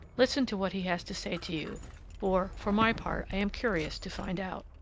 listen to what he has to say to you for, for my part, i am curious to find out.